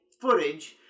footage